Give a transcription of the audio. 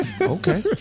Okay